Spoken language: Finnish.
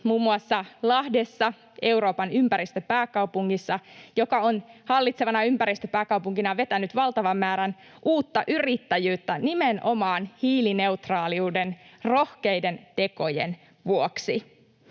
muun muassa Lahdessa, Euroopan ympäristöpääkaupungissa, joka on hallitsevana ympäristöpääkaupunkina vetänyt valtavan määrän uutta yrittäjyyttä nimenomaan hiilineutraaliuden rohkeiden tekojen vuoksi.